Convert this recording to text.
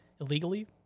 illegally